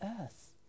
earth